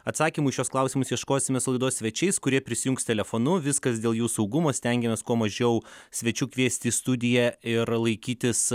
atsakymų į šiuos klausimus ieškosime su laidos svečiais kurie prisijungs telefonu viskas dėl jų saugumo stengiamės kuo mažiau svečių kviesti į studiją ir laikytis